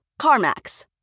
CarMax